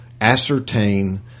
ascertain